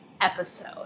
episode